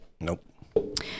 Nope